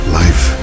life